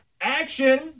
Action